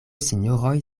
sinjoroj